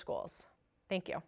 schools thank you